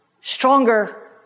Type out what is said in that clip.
stronger